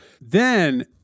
Then-